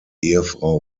ehefrau